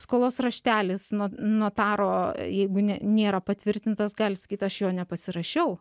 skolos raštelis no notaro jeigu ne nėra patvirtintas gali sakyt aš jo nepasirašiau